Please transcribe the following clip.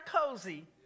cozy